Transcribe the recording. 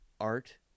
art